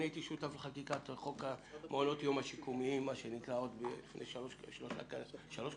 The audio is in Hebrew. הייתי שותף לחקיקת חוק מעונות יום השיקומיים לפני שלוש קדנציות